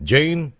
Jane